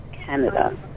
Canada